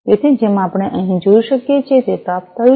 તેથી જેમ આપણે અહીં જોઈ શકીએ છીએ તે પ્રાપ્ત થયું છે